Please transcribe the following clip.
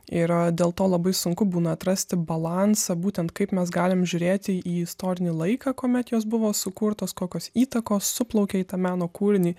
yra dėl to labai sunku būna atrasti balansą būtent kaip mes galim žiūrėti į istorinį laiką kuomet jos buvo sukurtos kokios įtakos suplaukė į tą meno kūrinį